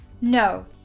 No